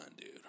dude